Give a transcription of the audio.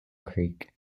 creek